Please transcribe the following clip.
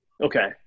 Okay